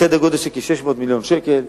סדר-גודל של כ-600 מיליון שקל.